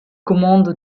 commande